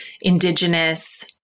Indigenous